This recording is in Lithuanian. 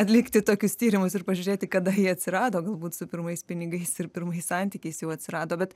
atlikti tokius tyrimus ir pažiūrėti kada jie atsirado galbūt su pirmais pinigais ir pirmais santykiais jau atsirado bet